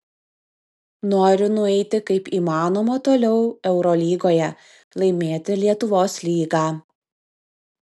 noriu nueiti kaip įmanoma toliau eurolygoje laimėti lietuvos lygą